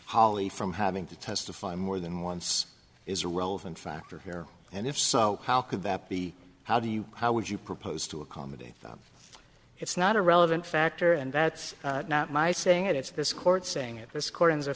holly from having to testify more than once is a relevant factor here and if so how could that be how do you how would you propose to accommodate that it's not a relevant factor and that's not my saying it's this court saying it this koreans or